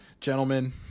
gentlemen